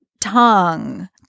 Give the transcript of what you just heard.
tongue